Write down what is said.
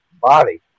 body